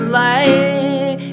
light